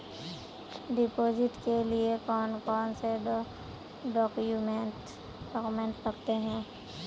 Deposit के लिए कौन कौन से डॉक्यूमेंट लगते?